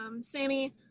Sammy